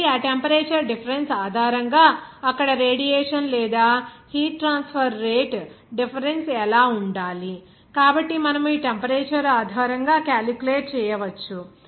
కాబట్టి ఆ temperature difference ఆధారంగా అక్కడ రేడియేషన్ లేదా హీట్ ట్రాన్స్ఫర్ రేటు డిఫరెన్స్ ఎలా ఉండాలి కాబట్టి మనము ఈ టెంపరేచర్ ఆధారంగా క్యాలిక్యులేట్ చేయవచ్చు